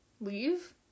leave